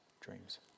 dreams